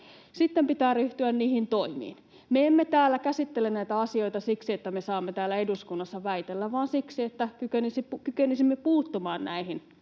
Sitten pitää ryhtyä niihin toimiin. Me emme täällä käsittele näitä asioita siksi, että me saamme täällä eduskunnassa väitellä, vaan siksi, että kykenisimme puuttumaan näihin